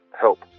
help